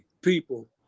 people